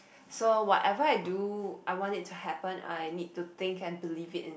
so whatever I do I want it to happen or I need to think and believe it is it